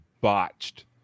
botched